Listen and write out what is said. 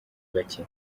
bake